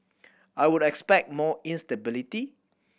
I would expect more instability